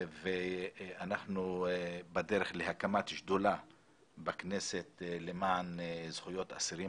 אנחנו בדרך להקמת שדולה בכנסת למען זכויות אסירים.